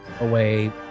away